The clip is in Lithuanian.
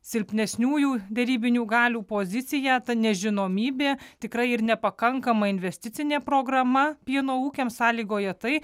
silpnesniųjų derybinių galių poziciją ta nežinomybė tikrai ir nepakankama investicinė programa pieno ūkiams sąlygoja tai